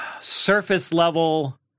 surface-level